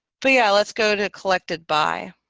but yeah, let's go to collected. bye.